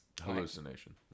hallucination